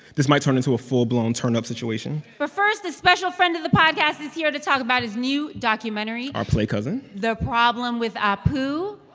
this might turn into a full-blown turnup situation but first, a special friend of the podcast is here to talk about his new documentary. our play cousin. the problem with apu.